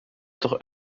doch